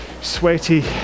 sweaty